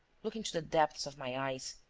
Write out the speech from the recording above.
look into the depths of my eyes.